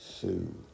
Sue